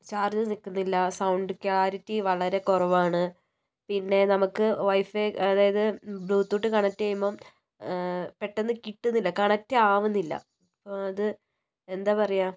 charge നിൽക്കുന്നില്ല sound clarity വളരെ കുറവാണ് പിന്നെ നമുക്ക് വൈഫൈ അതായത് ബ്ലൂട്ടൂത്ത് കണക്റ്റ് ചെയ്യുമ്പം പെട്ടെന്ന് കിട്ടുന്നില്ല കണക്റ്റ് ആവുന്നില്ല അത് എന്താണ് പറയുക